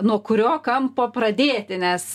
nuo kurio kampo pradėti nes